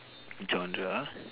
genre